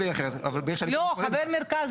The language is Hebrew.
לא, חבר מרכז